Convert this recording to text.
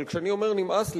אבל כשאני אומר נמאס לי,